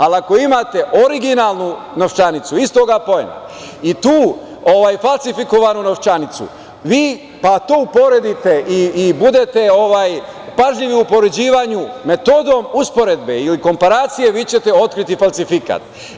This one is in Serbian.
Ali, ako imate originalnu novčanicu istog apoena i tu falsifikovanu novčanicu, pa to uporedite i budete pažljivi u upoređivanju metodom usporedbe ili komparacije, vi ćete otkriti falsifikat.